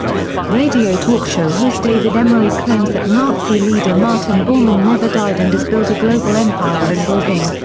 radio talk show host david emory claims that nazi leader martin bormann never died and has built a global empire involving,